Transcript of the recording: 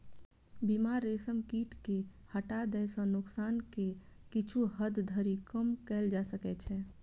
बीमार रेशम कीट कें हटा दै सं नोकसान कें किछु हद धरि कम कैल जा सकै छै